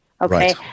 Okay